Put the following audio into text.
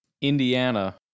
Indiana